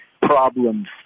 problems